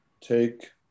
take